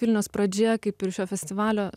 vilnios pradžia kaip ir šio festivalio